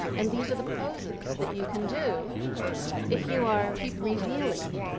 and these are the poses that you can do if you are revealing.